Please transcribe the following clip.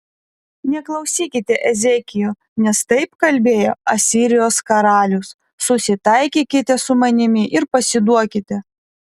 neklausykite ezekijo nes taip kalbėjo asirijos karalius susitaikykite su manimi ir pasiduokite